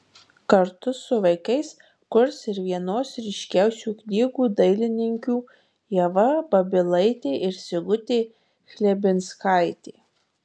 kartu su vaikais kurs ir vienos ryškiausių knygų dailininkių ieva babilaitė ir sigutė chlebinskaitė